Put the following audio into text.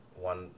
one